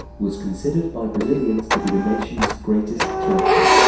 was considered by brazilian's to be the nation's greatest tragedy.